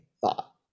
thought